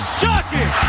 shocking